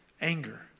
anger